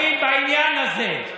אנחנו לא אשמים בעניין הזה.